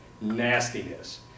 nastiness